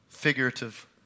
figurative